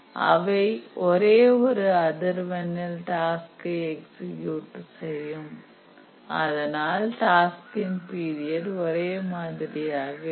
அவை ஒரே ஒரு அதிர்வெண்ணில் டாஸ்கை எக்ஸியூட் செய்யும் அதனால் டாஸ்கின் பீரியட் ஒரே மாதிரியாக இருக்கும்